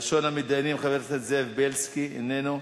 ראשון המתדיינים, חבר הכנסת זאב בילסקי, איננו.